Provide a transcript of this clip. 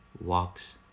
walks